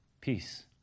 peace